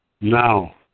Now